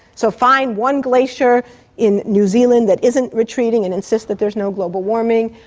so find one glacier in new zealand that isn't retreating and insist that there's no global warming,